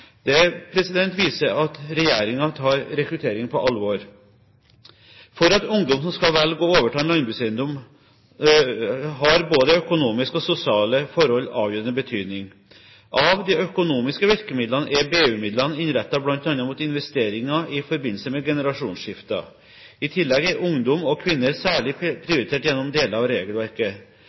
viser at regjeringen tar rekruttering på alvor. For ungdom som skal velge å overta en landbrukseiendom, har både økonomiske og sosiale forhold avgjørende betydning. Av de økonomiske virkemidlene er BU-midlene innrettet bl.a. mot investeringer i forbindelse med generasjonsskifter. I tillegg er ungdom og kvinner særlig prioritert gjennom deler av regelverket.